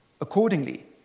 Accordingly